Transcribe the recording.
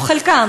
או חלקם,